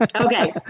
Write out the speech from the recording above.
Okay